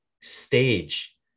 stage